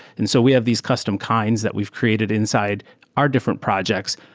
and so we have these custom kinds that we've created inside our different projects.